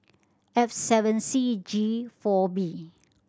F seven C G four B